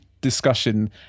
discussion